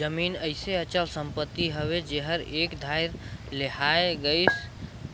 जमीन अइसे अचल संपत्ति हवे जेहर एक धाएर लेहाए गइस